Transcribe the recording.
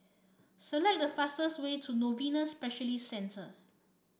select the fastest way to Novena Specialist Centre